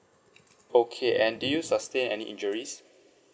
okay and do you sustain any injuries